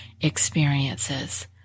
experiences